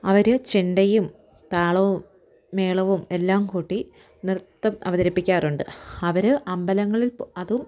അവർ ചെണ്ടയും താളവും മേളവും എല്ലാം കൂട്ടി നൃത്തം അവതരിപ്പിക്കാറുണ്ട് അവർ അമ്പലങ്ങളിൽ അതും